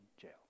jail